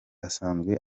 asanzwe